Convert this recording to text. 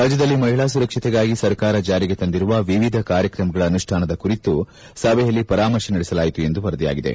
ರಾಜ್ಲದಲ್ಲಿ ಮಹಿಳಾ ಸುರಕ್ಷತೆಗಾಗಿ ಸರ್ಕಾರ ಜಾರಿಗೆ ತಂದಿರುವ ವಿವಿಧ ಕಾರ್ಯತ್ರಮಗಳ ಅನುಷ್ಠಾನದ ಕುರಿತು ಸಭೆಯಲ್ಲಿ ಪರಾಮರ್ಶೆ ನಡೆಸಲಾಯಿತು ಎಂದು ವರದಿಯಾಗಿದೆ